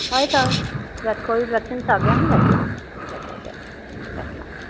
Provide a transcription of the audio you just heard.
हय तर जा कवी जक्शन सगळ्यांनी घेतलां आमी घेत सगळ्यांनी घेतलां